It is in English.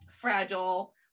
fragile